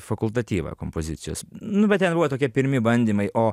fakultatyvą kompozicijos nu bet ten buvo tokie pirmi bandymai o